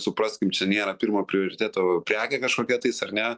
supraskim čia nėra pirmo prioriteto prekė kažkokia tais ar ne